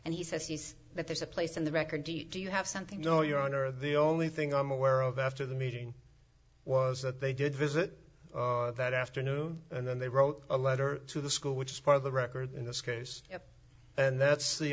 and he says he's that there's a place in the record do you have something you know your honor the only thing i'm aware of after the meeting was that they did visit that afternoon and then they wrote a letter to the school which is part of the record in this case and that's the